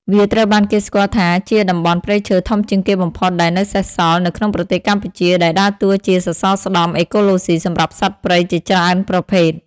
វាត្រូវបានគេស្គាល់ថាជា តំបន់ព្រៃឈើធំជាងគេបំផុតដែលនៅសេសសល់ នៅក្នុងប្រទេសកម្ពុជា ដែលដើរតួជាសសរស្តម្ភអេកូឡូស៊ីសម្រាប់សត្វព្រៃជាច្រើនប្រភេទ។